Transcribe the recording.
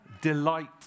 delight